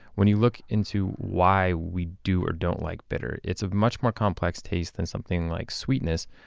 when you look into why we do or don't like bitter, it's a much more complex taste than something like sweetness.